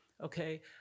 okay